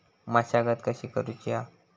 मशागत कशी करूची हा?